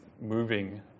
moving